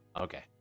Okay